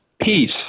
peace